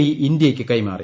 E ഇന്ത്യയ്ക്ക് കൈമാറി